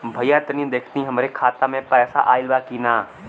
भईया तनि देखती हमरे खाता मे पैसा आईल बा की ना?